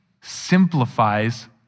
simplifies